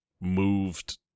moved